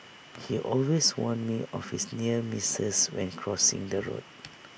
he always warn me of his near misses when crossing the road